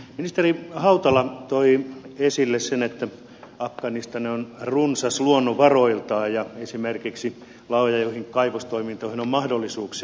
ministeri hautala toi esille sen että afganistan on runsas luonnonvaroiltaan ja esimerkiksi laajoihin kaivostoimintoihin on mahdollisuuksia